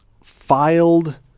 Filed